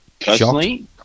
Personally